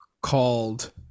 called